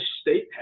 state